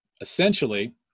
essentially